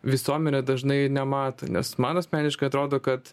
visuomenė dažnai nemato nes man asmeniškai atrodo kad